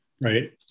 Right